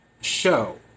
show